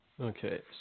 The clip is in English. Okay